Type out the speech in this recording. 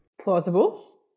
Plausible